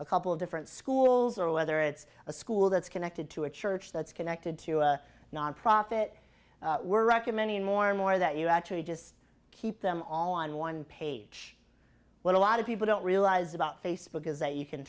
a couple of different schools or whether it's a school that's connected to a church that's connected to a nonprofit we're recommending more and more that you actually just keep them all on one page what a lot of people don't realize about facebook is that you can